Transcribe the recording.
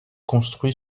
construit